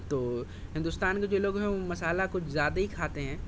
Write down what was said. تو ہندوستان میں جو لوگ ہیں وہ مسالہ کچھ زیادہ ہی کھاتے ہیں